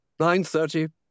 9.30